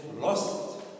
lost